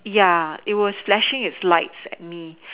ya it was flashing its light at me